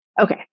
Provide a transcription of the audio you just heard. Okay